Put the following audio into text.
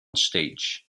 stage